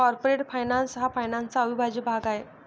corporate finance हा फायनान्सचा अविभाज्य भाग आहे